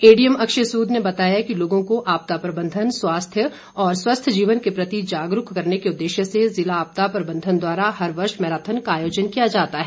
ADM Akshay Sood ने बताया कि लोगों को आपदा प्रबंधन स्वास्थ्य और स्वस्थ जीवन के प्रति जागरूक करने के उदेश्य से जिला आपदा प्रबंधन द्वारा हर वर्ष मैराथन का आयोजन किया जाता है